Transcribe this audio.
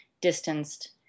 distanced